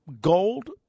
Gold